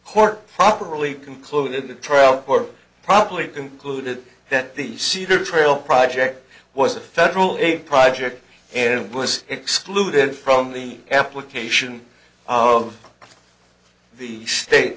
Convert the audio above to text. court properly concluded the trial court probably concluded that the cedar trail project was a federal aid project and was excluded from the application of the state